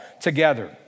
together